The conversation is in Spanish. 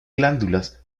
glándulas